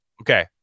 Okay